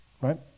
right